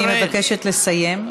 אני מבקשת לסיים.